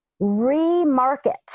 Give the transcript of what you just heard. remarket